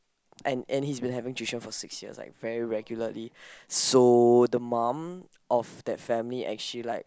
and and he has been having tuition for six years like very regularly so the mum of that family actually like